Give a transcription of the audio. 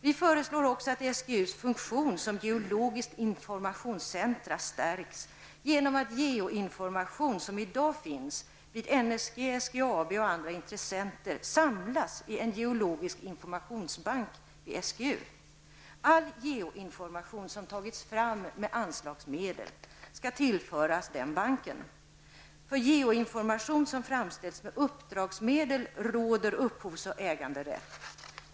Vi föreslår också att SGUs funktion som geologiskt informationscenter stärks genom att geoinformation som i dag finns vid NSG, SGAB och andra intressenter samlas i en geologisk informationsbank vid SGU. All geoinformation som tagits fram med anslagsmedel skall tillföras den banken. För geoinformation som framställts med uppdragsmedel råder upphovs och äganderätt.